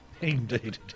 Indeed